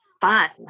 fun